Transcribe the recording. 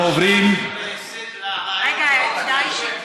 אנחנו עוברים, רגע, ביקשתי